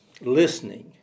listening